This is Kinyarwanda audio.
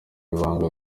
banga